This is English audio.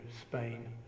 Spain